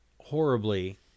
horribly